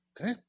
Okay